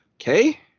okay